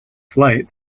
flight